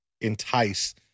entice